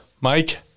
Mike